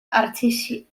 artistiaid